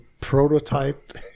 prototype